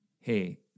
hey